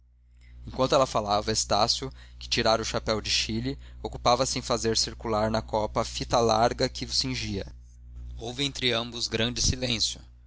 enquanto ela falava estácio que tirara o chapéu de chile ocupava se em fazer circular na copa a fita larga que o cingia houve entre ambos grande silêncio